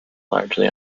largely